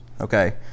Okay